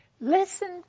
Listen